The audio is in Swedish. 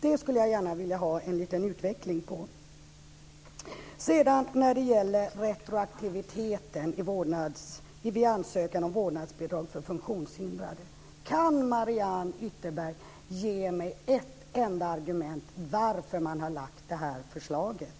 Det skulle jag gärna vilja ha en liten utveckling av. Kan Mariann Ytterberg också ge mig ett enda argument för att man har lagt fram förslaget om retroaktiviteten vid ansökan om vårdnadsbidrag för funktionshindrade?